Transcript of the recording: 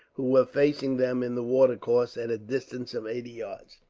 who were facing them in the watercourse at a distance of eighty yards.